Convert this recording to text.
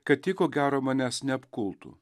kad ji ko gero manęs neapkultų